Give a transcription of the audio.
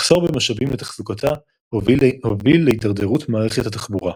מחסור במשאבים לתחזוקתה הוביל להידרדרות מערכת התחבורה.